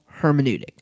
hermeneutic